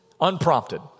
Unprompted